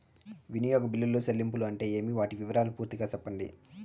వినియోగ బిల్లుల చెల్లింపులు అంటే ఏమి? వాటి వివరాలు పూర్తిగా సెప్పండి?